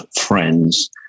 friends